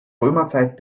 römerzeit